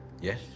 Yes